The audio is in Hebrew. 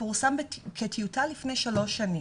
פורסם כטיוטה לפני שלוש שנים.